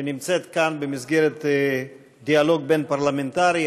שנמצאת כאן במסגרת דיאלוג בין-פרלמנטרי,